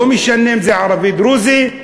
לא משנה אם זה ערבי דרוזי,